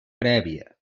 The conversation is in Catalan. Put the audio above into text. prèvia